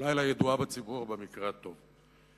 אולי לידועה בציבור במקרה הטוב.